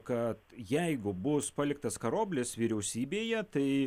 kad jeigu bus paliktas karoblis vyriausybėje tai